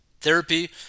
Therapy